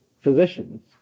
physicians